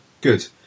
Good